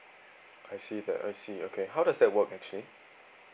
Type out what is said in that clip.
I see that I see okay how does that work actually